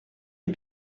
est